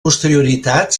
posterioritat